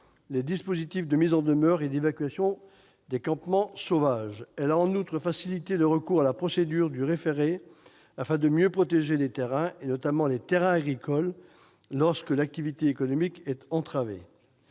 les dispositifs de mise en demeure et d'évacuation des campements sauvages. Elle a en outre facilité le recours à la procédure du référé, afin de mieux protéger les terrains, notamment les terrains agricoles, lorsque l'activité économique est entravée.